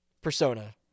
Persona